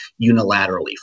unilaterally